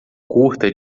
curta